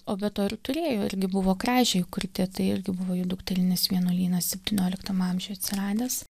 o be to ir turėjo irgi buvo kražiai įkurti tai irgi buvo jų dukterinis vienuolynas septynioliktam amžiuj atsiradęs